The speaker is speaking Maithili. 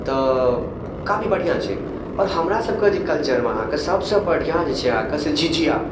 तऽ काफी बढिऑं छै आओर हमरा सब के जे कल्चरमे अहाँके सब सऽ बढिऑं जे छै अहाँके से झिझिया